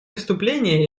вступления